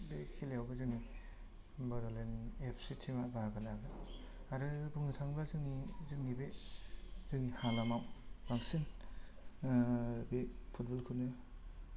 बे खेलायावबो जोंनि बड'लेण्ड एफसि टिम आ बाहागो लागोन आरो बुंनो थाङोबा जोंनि जोंनि बे जोंनि हालामाव बांसिन बे फुटबल खौनो